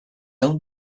own